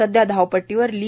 सध्या धाव पट्टीवर टी